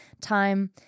time